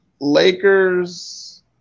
Lakers